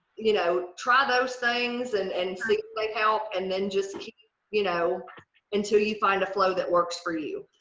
you know, try those things and and click like help out and then just keep you know until you find a flow that works for you.